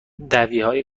دعویهای